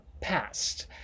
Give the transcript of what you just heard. past